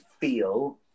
feel